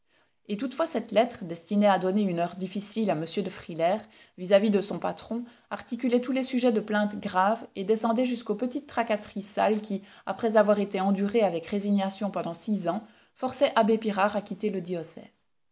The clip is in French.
et toutefois cette lettre destinée à donner une heure difficile à m de frilair vis-à-vis de son patron articulait tous les sujets de plainte graves et descendait jusqu'aux petites tracasseries sales qui après avoir été endurées avec résignation pendant six ans forçaient abbé pirard à quitter le diocèse